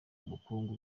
ubukungu